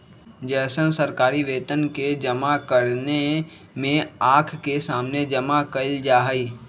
जैसन सरकारी वेतन के जमा करने में आँख के सामने जमा कइल जाहई